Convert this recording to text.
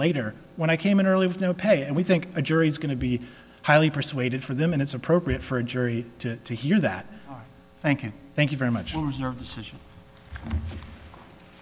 later when i came in early with no pay and we think a jury's going to be highly persuaded for them and it's appropriate for a jury to hear that thank you thank you very much